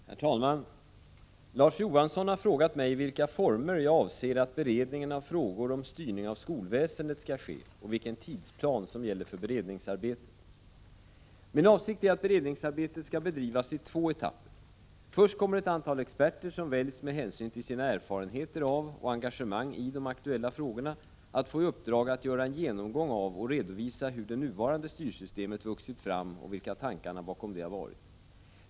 Herr talman! Larz Johansson har frågat mig i vilka former jag avser att beredningen av frågor om styrning av skolväsendet skall ske och vilken tidsplan som gäller för beredningsarbetet. Min avsikt är att beredningsarbetet skall bedrivas i två etapper. Först kommer ett antal experter, som väljs med hänsyn till sina erfarenheter av och engagemang i de aktuella frågorna, att få i uppdrag att göra en genomgång av och redovisa hur det nuvarande styrsystemet vuxit fram och vilka tankarna bakom det har varit.